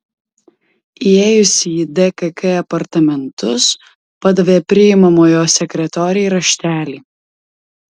įėjusi į dkk apartamentus padavė priimamojo sekretorei raštelį